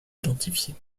identifier